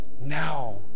now